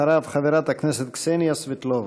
אחריו, חברת הכנסת קסניה סבטלובה.